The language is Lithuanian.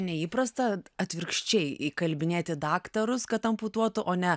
neįprasta atvirkščiai įkalbinėti daktarus kad amputuotų o ne